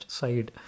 side